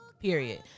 Period